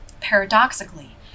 Paradoxically